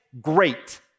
great